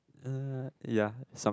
uh ya some